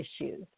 issues